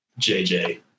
JJ